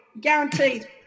guaranteed